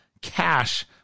cash